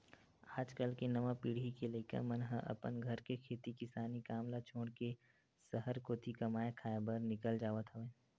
आज कल के नवा पीढ़ी के लइका मन ह अपन घर के खेती किसानी काम ल छोड़ के सहर कोती कमाए खाए बर निकल जावत हवय